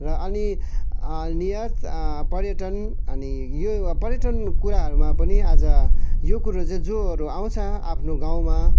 र अनि निर्यात पर्यटन अनि यो पर्यटनको कुराहरूमा पनि आज यो कुरोहरू चाहिँ जोहरू आँउछ आफ्नो गाँउमा